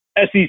SEC